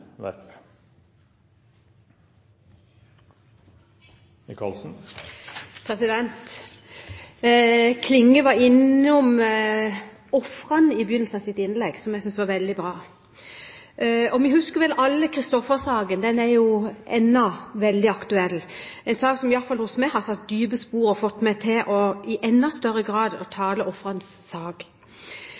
Klinge var innom ofrene i begynnelsen av sitt innlegg, noe som jeg synes var veldig bra. Og vi husker vel alle Kristoffer-saken – den er jo ennå veldig aktuell – en sak som i hvert fall hos meg har satt dype spor, og som i enda større grad har fått meg til å tale ofrenes sak.